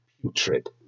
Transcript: putrid